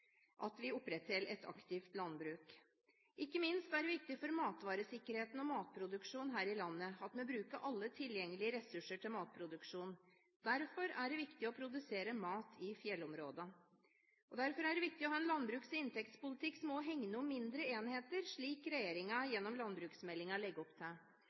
at vi opprettholder et aktivt landbruk. Ikke minst er det viktig for matvaresikkerheten og matproduksjonen her i landet at vi bruker alle tilgjengelige ressurser til matproduksjon. Derfor er det viktig å produsere mat i fjellområdene og å ha en landbruks- og inntektspolitikk som også hegner om mindre enheter, slik regjeringen gjennom landbruksmeldingen legger opp til.